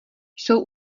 jsou